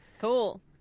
Cool